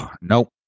Nope